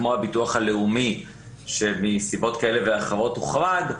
כמו הביטוח הלאומי שמסיבות כאלה ואחרות הוחרג,